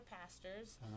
pastors